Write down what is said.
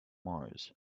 mars